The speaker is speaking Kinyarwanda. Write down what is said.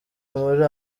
muri